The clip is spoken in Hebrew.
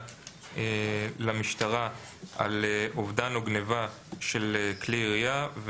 למשטרה על אובדן או גניבה של כלי ירייה,